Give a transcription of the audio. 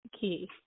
key